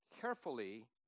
carefully